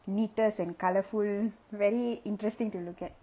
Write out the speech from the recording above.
neatest and colourful very interesting to look at